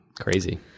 Crazy